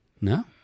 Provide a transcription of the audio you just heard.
No